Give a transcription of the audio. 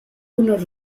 unos